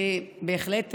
בהחלט,